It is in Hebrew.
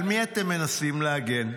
על מי אתם מנסים להגן,